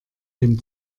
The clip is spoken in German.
dem